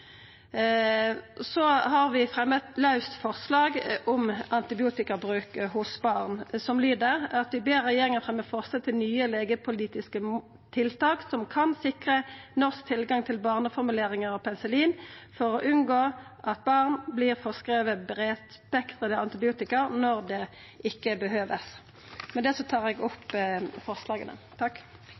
Vi har fremja eit laust forslag om antibiotikabruk hos barn, som lyder: «Stortinget ber regjeringen fremme forslag til nye legemiddelpolitiske tiltak som kan sikre norsk tilgang til barneformuleringer av penicillin, for å unngå at barn blir forskrevet bredspektret antibiotika når det ikke behøves.» Med det tar eg opp